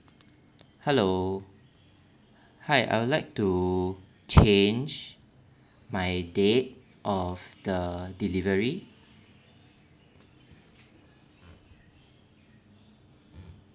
hello hi I would like to change my date of the delivery